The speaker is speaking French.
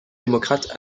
démocrate